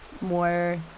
more